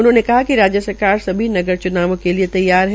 उन्होंने कहा कि राज्य सरकार सभी नगर चुनावों के लिए तैयार है